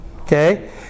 Okay